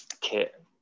kit